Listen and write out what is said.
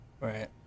Right